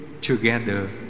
together